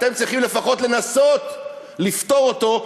אתם צריכים לפחות לנסות לפתור אותו,